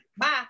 bye